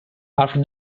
after